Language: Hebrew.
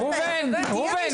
ראובן, ראובן.